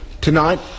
Tonight